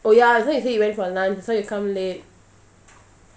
oh ya so you say you went for lunch that's why you come late